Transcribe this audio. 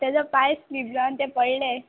तेजो पांय स्लीप जावन तें पडलें